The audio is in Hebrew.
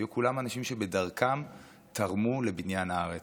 היו כולם אנשים שבדרכם תרמו לבניין הארץ.